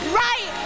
right